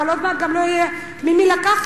אבל עוד מעט גם לא יהיה ממי לקחת,